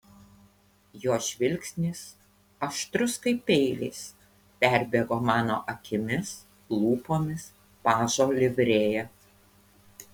jo žvilgsnis aštrus kaip peilis perbėgo mano akimis lūpomis pažo livrėja